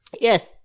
Yes